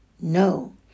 No